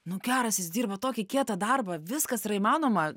nu geras jis dirba tokį kietą darbą viskas yra įmanoma